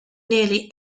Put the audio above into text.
nearly